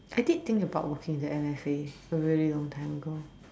I did think about working in the N_F_A a really long time ago